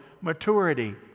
maturity